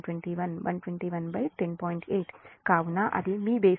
కాబట్టి అది మీ బేస్ వోల్టేజ్ 123